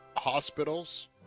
Hospitals